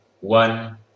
one